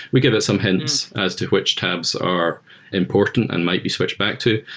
we give it some hints as to which tabs are important and might be switched back to.